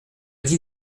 dit